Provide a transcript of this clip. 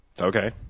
Okay